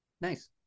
Nice